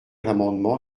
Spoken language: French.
l’amendement